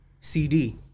CD